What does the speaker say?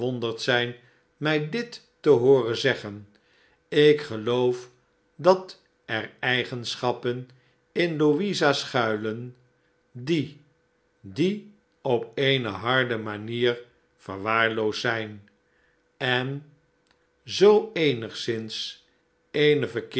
verwonderd zijn mij dit te hooren zeggen ik geloof dat er eigenschappen in louisa schuilen die die op eene harde manier verwaarloosd zijn en zoo eenigszins eene verkeerde